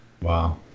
Wow